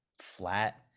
flat